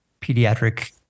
pediatric